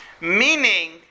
Meaning